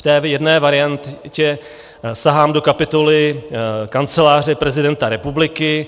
V jedné variantě sahám do kapitoly Kanceláře prezidenta republiky.